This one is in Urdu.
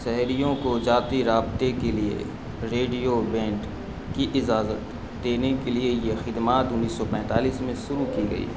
سہیلیوں کو ذاتی رابطے کے لیے ریڈیو وینٹ کی اجازت دینے کے لیے یہ خدمات انیس سو پینتالیس میں شروع کی گئی